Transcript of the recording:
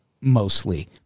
mostly